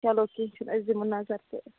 چَلو کینٛہہ چھُنہٕ أسۍ دِمو نَظر تہ